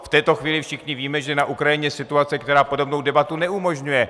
V této chvíli všichni víme, že na Ukrajině je situace, která podobnou debatu neumožňuje.